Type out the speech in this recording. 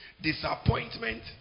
Disappointment